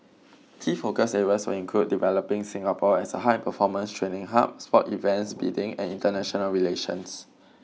key focus areas will include developing Singapore as a high performance training hub sport events bidding and international relations